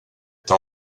t’as